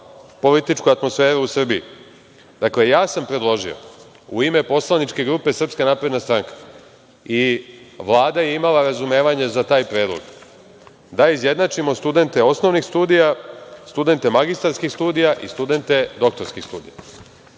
političku atmosferu u Srbiji. Ja sam predložio u ime poslaničke grupe SNS i Vlada je imala razumevanje za taj predlog da izjednačimo studente osnovnih studija, studente magistarskih studija i studente doktorskih studija. Da